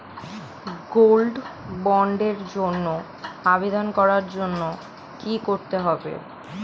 Gold বন্ডের জন্য আবেদন করার জন্য কি করতে হবে?